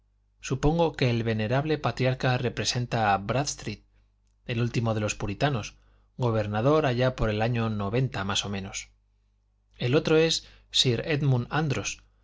supongo que el venerable patriarca represente a brádstreet el último de los puritanos gobernador allá por el año noventa más o menos el otro es sir édmund andros